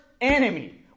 enemy